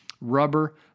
rubber